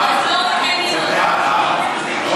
אז לא מקיימים ------ אוקיי.